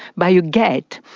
by a gate.